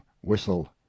whistle